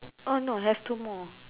orh no have two more